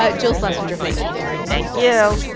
ah jill schlesinger, thank you thank you